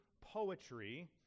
poetry